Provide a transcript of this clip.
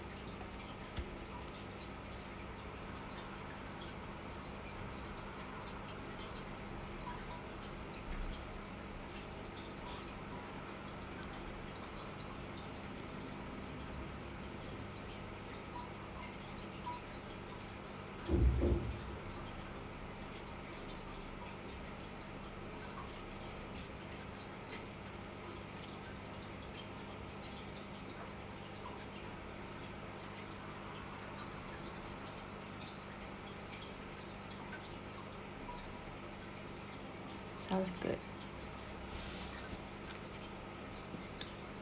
sounds good